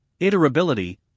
iterability